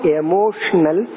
emotional